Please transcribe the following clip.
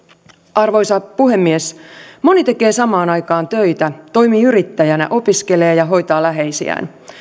arvoisa puhemies moni tekee samaan aikaan töitä toimii yrittäjänä opiskelee ja ja hoitaa läheisiään